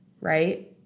right